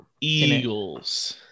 Eagles